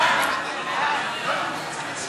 להעביר את הצעת חוק